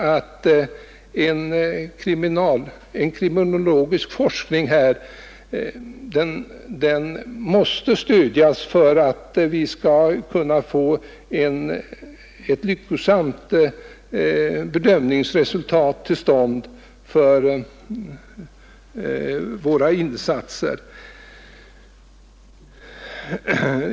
Den kriminologiska forskningen måste stödjas för att vi skall kunna få till stånd ett lyckosamt bedömnings resultat för våra insatser.